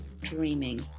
dreaming